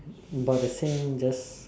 about the same just